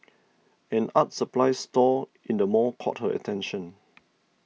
an art supplies store in the mall caught her attention